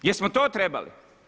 Jesmo to trebali?